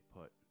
put